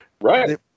Right